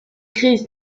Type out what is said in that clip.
christ